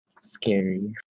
Scary